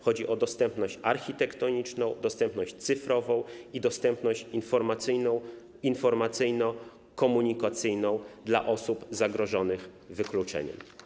Chodzi o dostępność architektoniczną, dostępność cyfrową i dostępność informacyjno-komunikacyjną dla osób zagrożonych wykluczeniem.